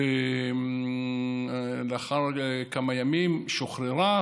ולאחר כמה ימים שוחררה,